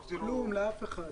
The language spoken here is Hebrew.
כלום, לאף אחד.